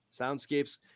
Soundscapes